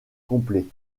complet